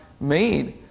made